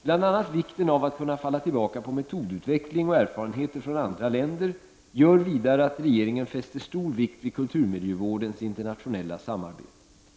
Bl.a. vikten av att kunna falla tillbaka på metodutveckling och erfarenheter från andra länder gör vidare att regeringen fäster stor vikt vid kulturmiljövårdens internationella samarbete.